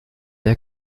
der